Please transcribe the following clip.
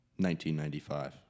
1995